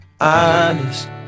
Honest